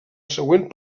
següent